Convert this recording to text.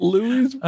Louis